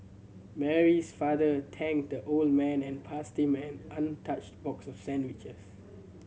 Mary's father thanked the old man and passed him an untouched box of sandwiches